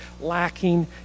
lacking